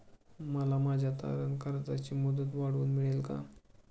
मला माझ्या तारण कर्जाची मुदत वाढवून मिळेल का?